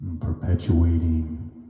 Perpetuating